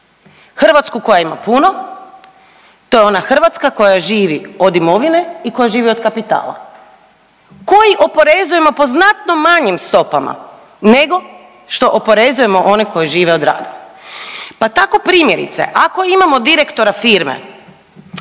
Hrvatsku koja ima puno, to je ona Hrvatska koja živi od imovine i koja živi od kapitala koji oporezujemo po znatno manjim stopama nego što oporezujemo one koji žive od rada. Pa tako primjerice ako imamo direktora firme